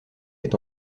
est